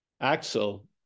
Axel